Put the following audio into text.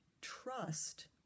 trust